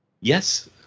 Yes